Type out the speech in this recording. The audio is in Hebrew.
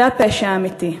זה הפשע האמיתי.